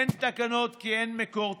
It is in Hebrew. אין תקנות כי אין מקור תקציבי.